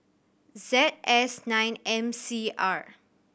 Z S nine M C R